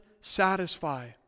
satisfy